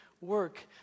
work